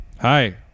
Hi